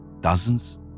Dozens